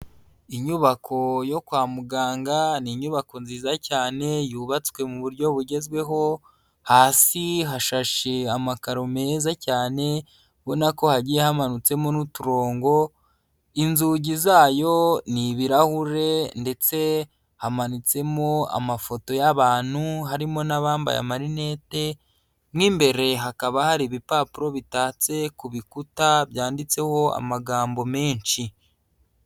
Inyubako yo kwa muganga, ni inyubako nziza cyane yubatswe mu buryo bugezweho, hasi hashashe amakaro meza cyane ubona ko hagiye hamanutsemo n'uturongo, inzugi zayo ni ibirahure ndetse hamanitsemo amafoto y'abantu harimo n'abambaye amarinete mo imbere hakaba hari ibipapuro bitatse ku bikuta byanditseho amagambo menshi.